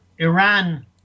Iran